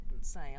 say